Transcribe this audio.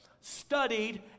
studied